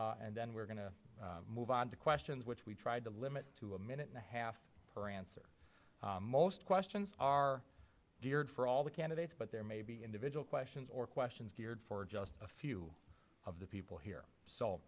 statement and then we're going to move on to questions which we tried to limit to a minute and a half per answer most questions are geared for all the candidates but there may be individual questions or questions geared for just a few of the people here so